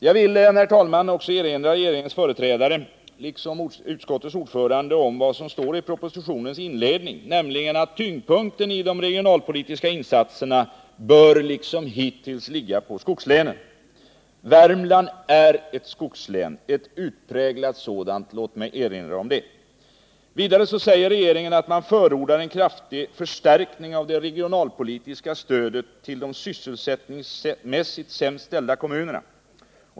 Jag vill, herr talman, erinra regeringens företrädare liksom utskottets ordförande om vad som står i propositionens inledning, nämligen att tyngdpunkten i de regionalpolitiska insatserna liksom hittills bör ligga på skogslänen. Låt mig påminna om att Värmland är ett skogslän, ett utpräglat sådant. Vidare säger regeringen att den förordar en kraftig förstärkning av det regionalpolitiska stödet till de sysselsättningsmässigt sämst ställda kommunerna.